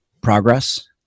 progress